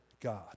God